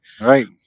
Right